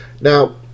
Now